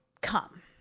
come